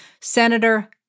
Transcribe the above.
Senator